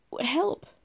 Help